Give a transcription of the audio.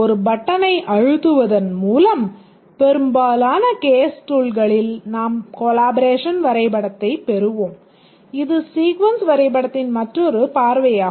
ஒரு பட்டனை அழுத்துவதன் மூலம் பெரும்பாலான கேஸ் டூல்களில் நாம் கொலாபரேஷன் வரைபடத்தைப் பெறுவோம் இது சீக்வென்ஸ் வரைபடத்தின் மற்றொரு பார்வையாகும்